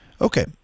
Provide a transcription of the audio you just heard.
Okay